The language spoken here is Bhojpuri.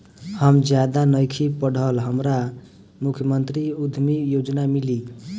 हम ज्यादा नइखिल पढ़ल हमरा मुख्यमंत्री उद्यमी योजना मिली?